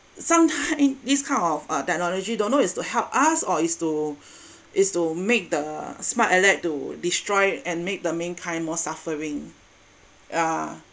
sometime this kind of uh technology don't know is to help us or is to is to make the smart aleck to destroy and made the mainkind more suffering uh